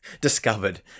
discovered